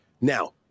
Now